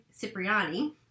Cipriani